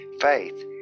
Faith